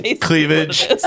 Cleavage